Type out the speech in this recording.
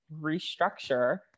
restructure